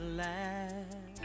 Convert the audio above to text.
last